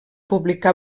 publicà